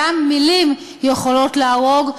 גם מילים יכולות להרוג.